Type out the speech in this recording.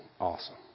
awesome